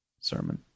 sermon